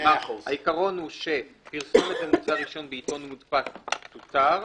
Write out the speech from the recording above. העיקרון הוא שפרסומת למוצר עישון בעיתון ומדפס תותר,